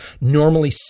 normally